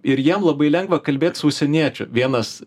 ir jiem labai lengva kalbėt su užsieniečiu vienas